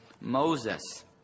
Moses